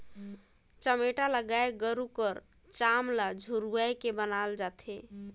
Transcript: चमेटा ल गाय गरू कर चाम ल झुरवाए के बनाल जाथे